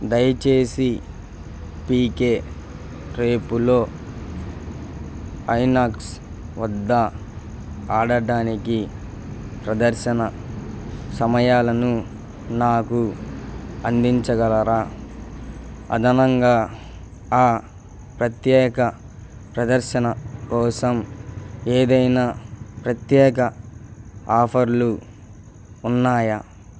దయచేసి పీకే రేపులో ఐనాక్స్ వద్ద ఆడటానికి ప్రదర్శన సమయాలను నాకు అందించగలరా అదనంగా ఆ ప్రత్యేక ప్రదర్శన కోసం ఏదైనా ప్రత్యేక ఆఫర్లు ఉన్నాయా